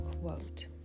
quote